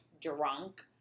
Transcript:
drunk